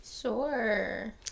Sure